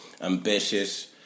ambitious